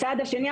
הצעד השני,